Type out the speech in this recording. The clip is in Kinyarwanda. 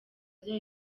bya